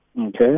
Okay